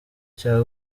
cya